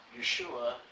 Yeshua